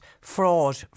fraud